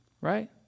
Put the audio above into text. Right